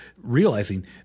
realizing